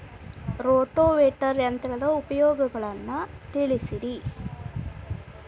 rotavator ಯಂತ್ರದ ಉಪಯೋಗಗಳನ್ನ ತಿಳಿಸಿರಿ